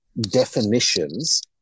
definitions